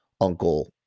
uncle